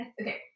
Okay